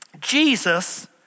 Jesus